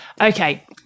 Okay